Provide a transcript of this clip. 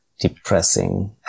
depressing